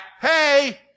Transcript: hey